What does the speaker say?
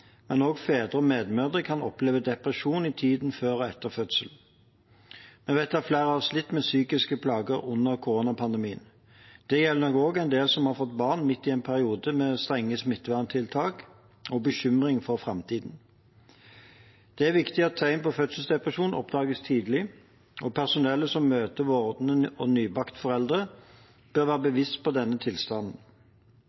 men også fedre og medmødre kan oppleve depresjon i tiden før og etter fødsel. Vi vet at flere har slitt med psykiske plager under koronapandemien. Det gjelder nok også en del som har fått barn midt i en periode med strenge smitteverntiltak og bekymring for framtiden. Det er viktig at tegn på fødselsdepresjon oppdages tidlig, og personellet som møter vordende og nybakte foreldre, bør være